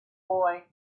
boy